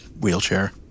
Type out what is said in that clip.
wheelchair